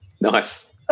Nice